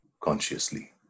consciously